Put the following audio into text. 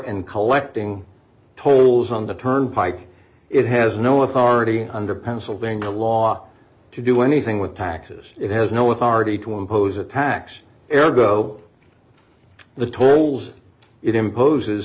and collecting tolls on the turnpike it has no authority under pennsylvania law to do anything with taxes it has no authority to impose a tax error go the tolls it imposes